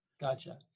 Gotcha